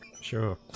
Sure